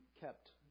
kept